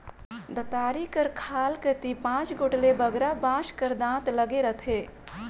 दँतारी कर खाल कती पाँच गोट ले बगरा बाँस कर दाँत लगे रहथे